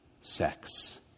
sex